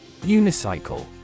Unicycle